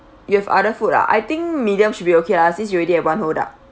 you have other food ah I think medium should be okay lah since you already have one whole duck